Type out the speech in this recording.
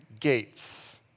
gates